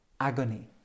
agony